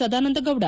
Sadananda Gowda